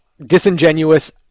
disingenuous